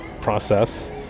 process